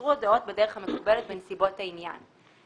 יימסרו הודעות בדרך המקובלת בנסיבות העניין.